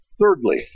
Thirdly